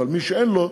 אבל מי שאין לו,